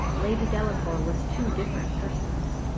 lady delacour was two different persons.